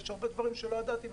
יש הרבה דברים שלא ידעתי,